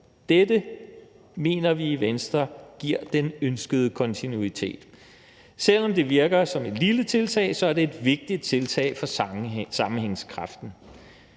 Dette mener vi i Venstre giver den ønskede kontinuitet. Selv om det virker som et lille tiltag, er det et vigtigt tiltag for sammenhængskraften.